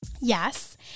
Yes